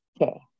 Okay